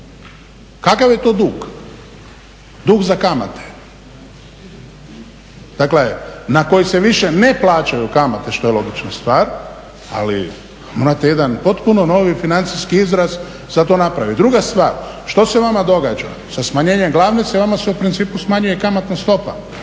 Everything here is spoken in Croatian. kakav je to dug, dug za kamate. Dakle, na koji se više ne plaćaju kamate što je logična stvar. Ali morate jedan potpuno novi financijski izraz za to napraviti. Druga stvar što se vama događa? Sa smanjenjem glavnice vama se u principu smanjuje i kamatna stopa